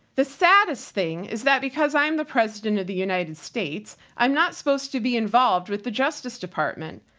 the saddest thing is that because i'm the president of the united states, i'm not supposed to be involved with the justice department.